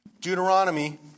Deuteronomy